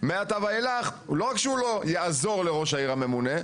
מעתה ואילך לא רק שהוא לא יעזור לראש העיר הממונה,